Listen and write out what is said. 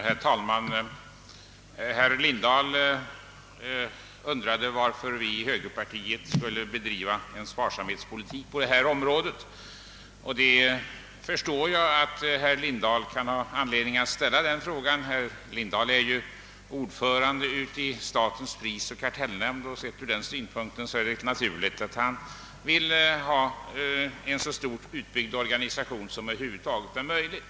Herr talman! Herr Lindahl undrade varför vi i högerpartiet skulle bedriva sparsamhetspolitik på detta område. Jag förstår att herr Lindahl kan ha anledning ställa den frågan. Han är ju ordförande i statens prisoch kartellnämnd, och sett från den synpunkten är det naturligt att han vill ha en så stort utbyggd organisation som det över huvud taget är möjligt.